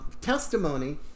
testimony